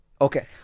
Okay